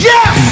Yes